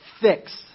fixed